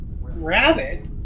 Rabbit